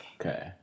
Okay